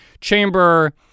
chamber